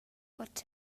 pot